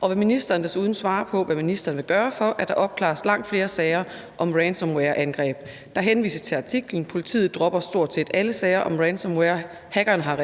og vil ministeren desuden svare på, hvad ministeren vil gøre for, at der opklares langt flere sager om ransomwareangreb? Der henvises til artiklen »Politiet dropper stort set alle sager om ransomware: »Hackerne har